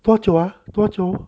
多久啊多久